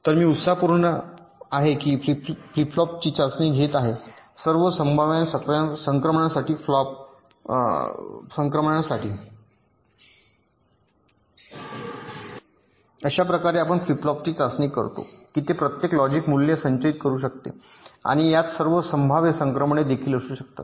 तर मी उत्साहपूर्ण आहे किंवा फ्लिप फ्लॉपची चाचणी घेत आहे सर्व संभाव्य संक्रमणासाठी अशा प्रकारे आम्ही फ्लिप फ्लॉपची चाचणी करतो की ते प्रत्येक लॉजिक मूल्य संचयित करू शकते आणि यात सर्व संभाव्य संक्रमणे देखील असू शकतात